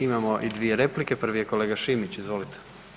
Imamo dvije replike, prvi je kolega Šimić, izvolite.